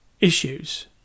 issues